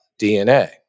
DNA